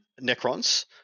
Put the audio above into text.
necrons